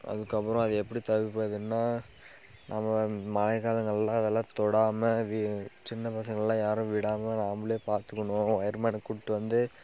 அதுக்கு அப்புறம் அதை எப்படி தவிர்ப்பதுன்னால் நம்ம மழை காலங்களில் அதெல்லாம் தொடாமல் வி சின்ன பசங்கள் எல்லாம் யாரும் விடாமல் நாமளே பார்த்துக்கணும் ஒயர் மேனை கூப்பிட்டு வந்து